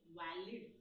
valid